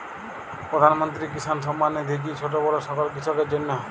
প্রধানমন্ত্রী কিষান সম্মান নিধি কি ছোটো বড়ো সকল কৃষকের জন্য?